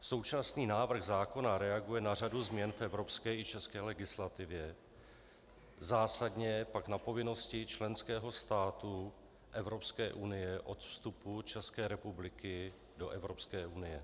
Současný návrh zákona reaguje na řadu změn v evropské i české legislativě, zásadně pak na povinnosti členského státu Evropské unie od vstupu České republiky do Evropské unie.